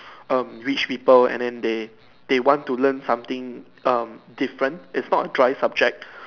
um rich people and then they they want to learn something um different it's not a dry subject